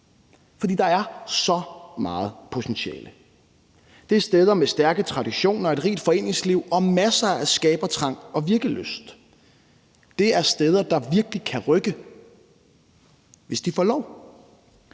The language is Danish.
For der er så meget potentiale. Det er steder med stærke traditioner, et rigt foreningsliv og masser af skabertrang og virkelyst. Det er steder, der virkelig kan rykke, hvis de får lov.